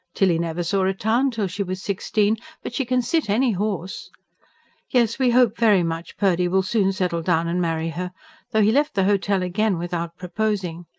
tilly never saw a town till she was sixteen but she can sit any horse yes, we hope very much purdy will soon settle down and marry her though he left the hotel again without proposing.